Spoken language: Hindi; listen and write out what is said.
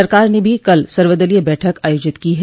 सरकार ने भी कल सर्वदलीय बैठक आयोजित की है